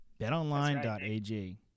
BetOnline.ag